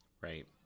Right